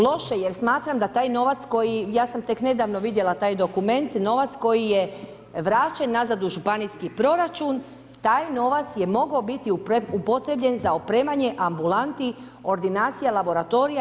Loše jer smatram da taj novac koji, ja sam tek nedavno vidjela taj dokument, novac koji je vraćen nazad u županijski proračun, taj novac je mogao biti upotrebljen za opremanje ambulanti, ordinacija, laboratorija.